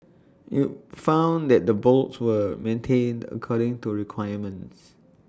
IT found that the bolts were maintained according to requirements